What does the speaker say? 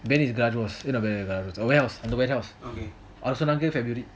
ben is கிராகுமோஸ்:gragumos warehouse அந்த:antha warehouse அவங்க சொன்னாங்க:avanga sonanga february